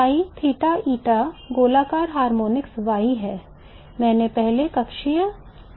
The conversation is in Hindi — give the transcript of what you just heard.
ψ है